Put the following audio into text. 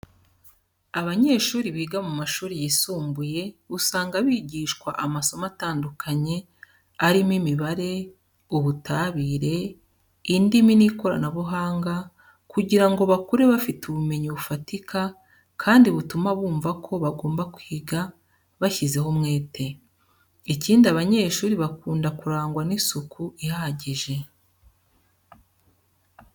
Abanyeshuri biga mu mashuri yisumbuye usanga bigishwa amasomo atandukanye arimo imibare, ubutabire, indimi n'ikoranabuhanga kugira ngo bakure bafite ubumenyi bufatika kandi butuma bumva ko bagomba kwiga bashyizeho umwete. Ikindi aba banyeshuri bakunda kurangwa n'isuku ihagije.